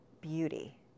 beauty